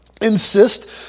insist